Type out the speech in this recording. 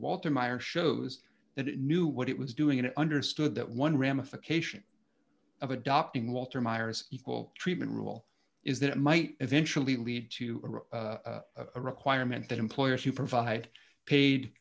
walter meyer shows that it knew what it was doing and understood that one ramification of adopting walter meyers equal treatment rule is that it might eventually lead to a requirement that employers who provide paid